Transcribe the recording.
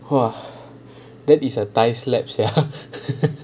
!wah! that is a tight slap sia